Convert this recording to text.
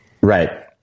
Right